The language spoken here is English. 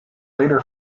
later